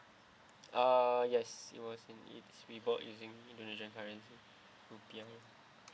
uh yes it was in it's we bought using indonesian currency rupiah